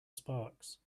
sparks